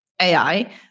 AI